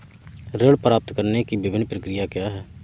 ऋण प्राप्त करने की विभिन्न प्रक्रिया क्या हैं?